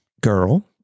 girl